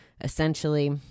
essentially